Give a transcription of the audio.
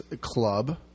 club